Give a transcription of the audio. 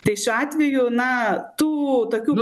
tai šiuo atveju na tų tokių